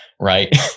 Right